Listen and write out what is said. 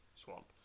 swamp